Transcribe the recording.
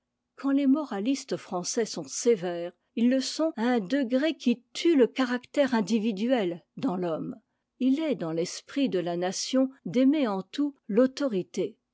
quand les moralistes français sont sévères ils le sont à un degré qui tue le caractère individuel dans l'homme il est dans l'esprit de ta nation d'aimer en tout l'autorité